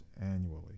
annually